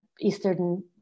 Eastern